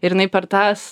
ir jinai per tas